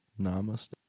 Namaste